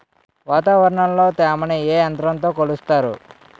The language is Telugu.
వాతావరణంలో తేమని ఏ యంత్రంతో కొలుస్తారు?